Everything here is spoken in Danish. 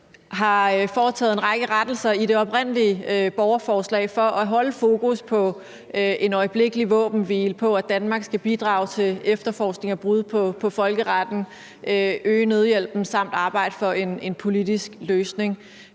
der er foretaget en række rettelser i det oprindelige borgerforslag, for at holde fokus på en øjeblikkelig våbenhvile; på, at Danmark skal bidrage til en efterforskning af brud på folkeretten, øge nødhjælpen samt arbejde for en politisk løsning.